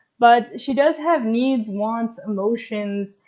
but she does have needs, wants, emotions,